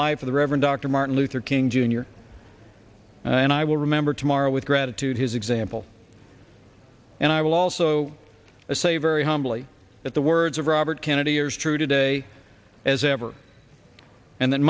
life of the reverend dr martin luther king jr and i will remember tomorrow with gratitude his example and i will also say very humbly that the words of robert kennedy years true today as ever and then